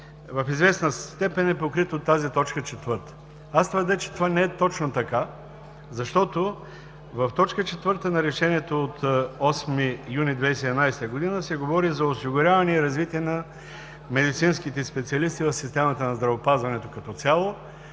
в известна степен е покрит от тази т. 4. Аз твърдя, че това не е точно така, защото в четвърта точка на Решението от 8 юни 2017 г. се говори за осигуряване и развитие на медицинските специалисти в системата на здравеопазването като цяло.